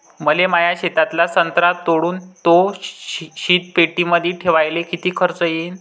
मले माया शेतातला संत्रा तोडून तो शीतपेटीमंदी ठेवायले किती खर्च येईन?